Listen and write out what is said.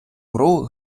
гру